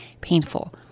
painful